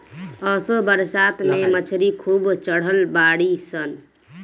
असो बरसात में मछरी खूब चढ़ल बाड़ी सन